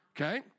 Okay